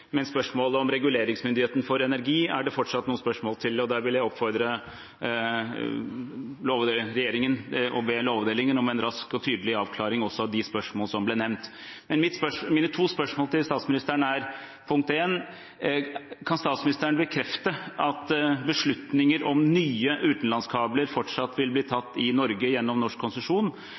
reguleringsmyndigheten for energi er det fortsatt noen spørsmål til, og der vil jeg oppfordre regjeringen til å be lovavdelingen om en rask og tydelig avklaring også av de spørsmålene, som ble nevnt. Mine to spørsmål til statsministeren er: For det første: Kan statsministeren bekrefte at beslutninger om nye utenlandskabler fortsatt vil bli tatt i Norge gjennom norsk konsesjon?